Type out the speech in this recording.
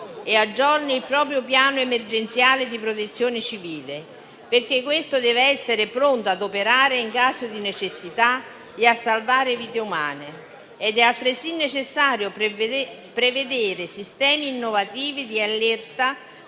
e aggiorni il proprio piano emergenziale di protezione civile, perché questo deve essere pronto ad operare in caso di necessità e a salvare vite umane. È altresì necessario prevedere sistemi innovativi di allerta